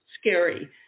scary